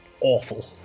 awful